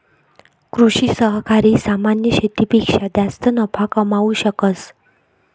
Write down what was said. कृषि सहकारी सामान्य शेतीपेक्षा जास्त नफा कमावू शकस